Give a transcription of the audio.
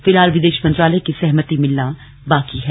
फिलहाल विदेश मंत्रालय की सहमति मिलना बाकी है